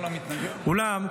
אולם,